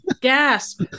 Gasp